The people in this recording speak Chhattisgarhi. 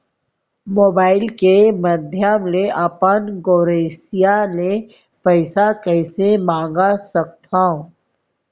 मोबाइल के माधयम ले अपन गोसैय्या ले पइसा कइसे मंगा सकथव?